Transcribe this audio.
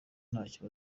ntacyo